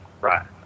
right